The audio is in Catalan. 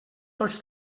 tots